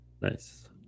Nice